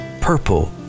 purple